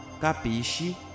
Capisci